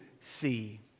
see